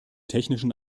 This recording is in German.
technischen